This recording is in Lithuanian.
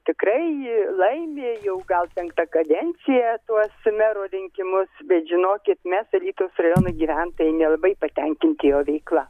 tikrai laimi jau gal penkta kadencija tuos mero rinkimus bet žinokit mes alytaus rajono gyventojai nelabai patenkinti jo veikla